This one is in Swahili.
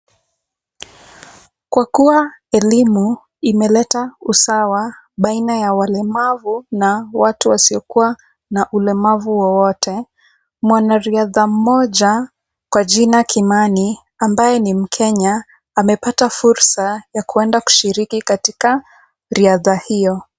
Kwa kuwa elimu imeleta usawa baina ya walemavu na watu wasio kuwa na ulemavu wowote, mwanariadha mmoja kwa jina Kimani ambaye ni mkenya amepata fursa ya kuenda kushiriki katika riadha hiyo.